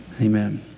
amen